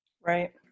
Right